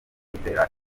gutera